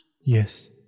Yes